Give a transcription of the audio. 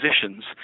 positions